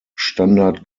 standard